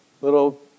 little